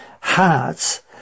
hearts